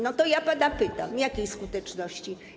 No to ja pana pytam: Jakiej skuteczności?